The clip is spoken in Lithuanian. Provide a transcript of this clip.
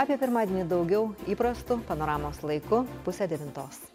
apie pirmadienį daugiau įprastu panoramos laiku pusę devintos